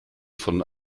von